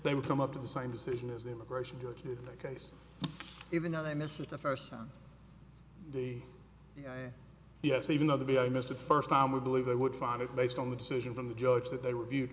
they would come up to the same decision as immigration judges case even though they missed it the first time they yes even though the i missed it first time or believe they would find it based on the decision from the judge that they